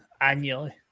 annually